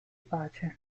pace